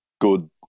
good